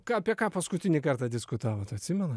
ką apie ką paskutinį kartą diskutavot atsimenat